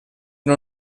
una